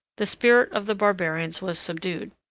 the spirit of the barbarians was subdued.